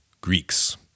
Greeks